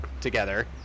together